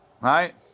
Right